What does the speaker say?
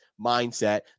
mindset